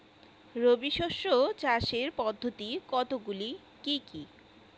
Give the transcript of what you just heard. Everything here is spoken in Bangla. রবি শস্য চাষের পদ্ধতি কতগুলি কি কি?